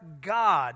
God